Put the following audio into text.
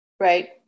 Right